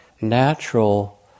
natural